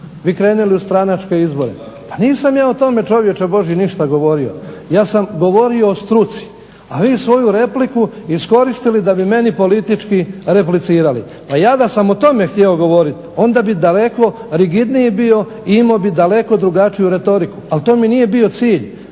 vi krenuli u stranačke izbore. Pa nisam ja o tome čovječe Božji ništa govorio. Ja sam govorio o struci, a vi svoju repliku iskoristili da bi meni politički replicirali. Pa ja da sam o tome htio govoriti onda bih daleko rigidniji bio i imao bih daleko drugačiju retoriku, ali to mi nije bio cilj.